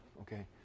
okay